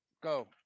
Go